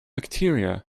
bacteria